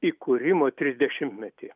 įkūrimo trisdešimtmetį